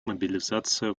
мобилизация